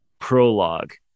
prologue